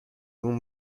اون